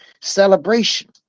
celebration